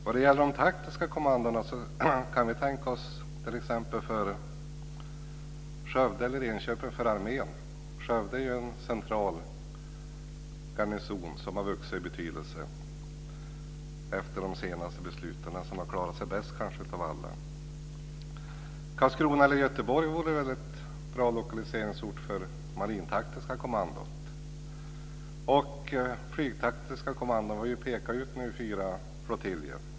Vad gäller de taktiska kommandona kan vi tänka oss t.ex. Skövde eller Enköping för armén. Skövde är ju en central garnison som har vuxit i betydelse efter de senaste besluten. Man har kanske klarat sig bäst av alla. Karlskrona eller Göteborg vore väl en bra lokaliseringsort för det marintaktiska kommandot. När det gäller det flygtaktiska kommandot har vi nu pekat ut fyra flottiljer.